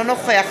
אינו נוכח